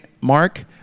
mark